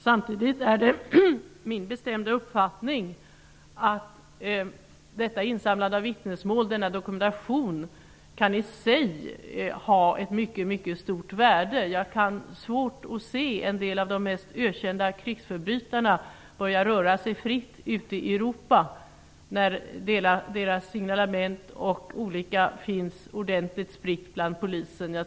Samtidigt är det min bestämda uppfattning att denna insamling av vittnesmål och denna dokumentation kan ha ett mycket stort värde i sig. Jag har svårt att föreställa mig att en del av de mest ökända krigsförbrytarna skall kunna börja röra sig fritt ute i Europa när bl.a. deras signalement finns ordentligt spritt hos polisen.